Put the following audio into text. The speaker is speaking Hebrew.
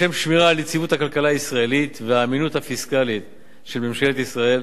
לשם שמירה על יציבות הכלכלה הישראלית והאמינות הפיסקלית של ממשלת ישראל,